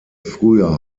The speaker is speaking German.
früher